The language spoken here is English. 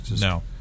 no